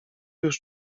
już